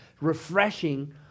refreshing